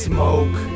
Smoke